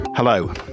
Hello